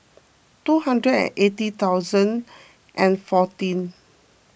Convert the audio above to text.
two hundred and eighty thousand fourteen